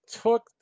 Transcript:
took